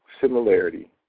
similarity